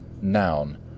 Noun